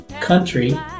country